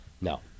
No